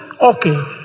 Okay